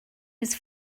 his